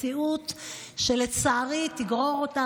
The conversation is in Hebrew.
מציאות שלצערי תגרור אותם,